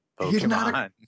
Pokemon